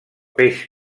peix